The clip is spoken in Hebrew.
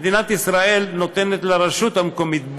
מדינת ישראל נותנת לרשות המקומית,